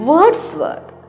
Wordsworth